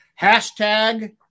hashtag